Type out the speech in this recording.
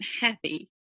happy